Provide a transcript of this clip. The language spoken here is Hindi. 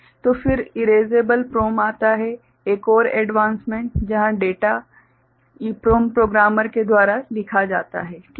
तो फिर इरेसेबल PROM आता है एक और एडवांसमेंट जहाँ डेटा EPROM प्रोग्रामर के द्वारा लिखा जाता है - ठीक है